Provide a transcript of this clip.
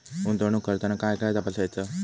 गुंतवणूक करताना काय काय तपासायच?